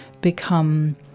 become